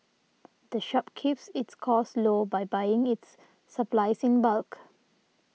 the shop keeps its costs low by buying its supplies in bulk